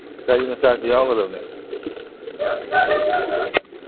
ꯒꯥꯔꯤ ꯃꯆꯥꯁꯨ ꯌꯥꯎꯒꯗꯝꯅꯦ